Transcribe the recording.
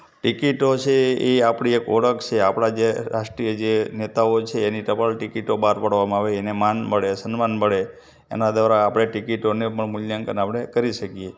ટિકીટો છે એ આપણી એક ઓળખ છે આપણા જે રાષ્ટ્રીય જે નેતાઓ છે એની ટપાલ ટિકીટો બહાર પાડવામાં આવે એને માન મળે સન્માન મળે એના દ્વારા આપણે ટિકીટોને પણ મુલ્યાંકન આપણે કરી શકીએ